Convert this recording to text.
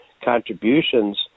contributions